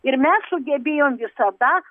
ir mes sugebėjom visada